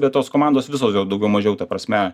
bet tos komandos visos jau daugiau mažiau ta prasme